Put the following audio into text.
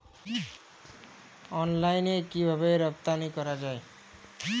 অনলাইনে কিভাবে রপ্তানি করা যায়?